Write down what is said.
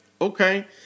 okay